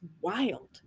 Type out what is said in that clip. wild